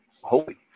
holy